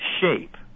shape